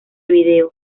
vídeo